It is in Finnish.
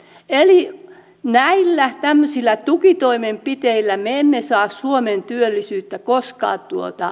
eli tämmöisillä tukitoimenpiteillä me emme saa suomen työllisyyttä koskaan